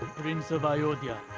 prince of ayodhya.